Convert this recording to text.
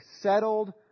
settled